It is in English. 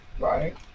Right